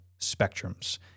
spectrums